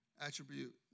Attribute